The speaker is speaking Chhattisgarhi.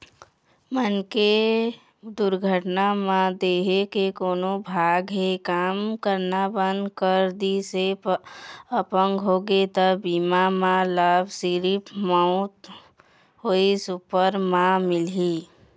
मनखे के दुरघटना म देंहे के कोनो भाग ह काम करना बंद कर दिस य अपंग होगे त जीवन बीमा म लाभ सिरिफ मउत होए उपर म मिलही